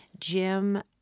Jim